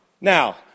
Now